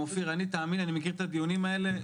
תאמין לי אני מכיר את הדיונים האלה,